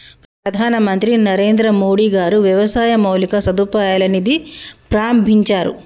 ప్రధాన మంత్రి నరేంద్రమోడీ గారు వ్యవసాయ మౌలిక సదుపాయాల నిధి ప్రాభించారు